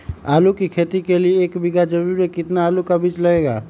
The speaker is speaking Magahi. आलू की खेती के लिए एक बीघा जमीन में कितना आलू का बीज लगेगा?